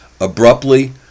abruptly